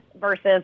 versus